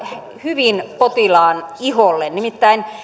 hyvin potilaan iholle nimittäin